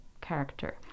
character